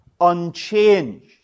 unchanged